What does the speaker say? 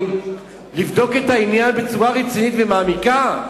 לבדוק את העניין בצורה רצינית ומעמיקה?